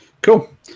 Cool